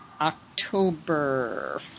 October